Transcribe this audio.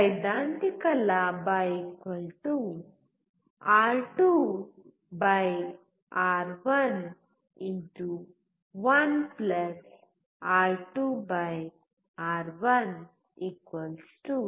ಸೈದ್ಧಾಂತಿಕ ಲಾಭ R two R one 1 R two R one R2R11R2R1 11